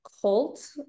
cult